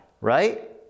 right